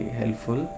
helpful